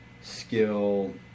skill